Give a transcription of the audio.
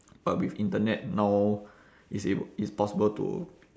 but with internet now it's able it's possible to